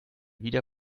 wieder